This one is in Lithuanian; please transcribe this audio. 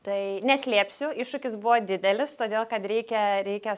tai neslėpsiu iššūkis buvo didelis todėl kad reikia reikia